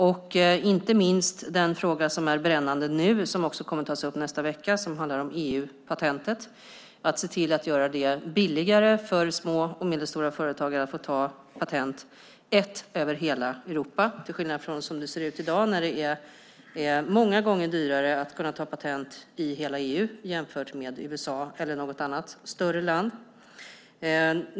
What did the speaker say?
Det gäller inte minst den fråga som är brännande nu och som också kommer att tas upp nästa vecka som handlar om EU-patentet, det vill säga att se till att göra det billigare för små och medelstora företagare att få ta ett patent över hela Europa, till skillnad från hur det ser ut i dag när det är många gånger dyrare att kunna ta patent i hela EU jämfört med i USA eller något annat större land.